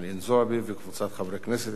חנין זועבי וקבוצת חברי כנסת,